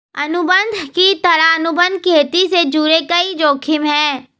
अनुबंध की तरह, अनुबंध खेती से जुड़े कई जोखिम है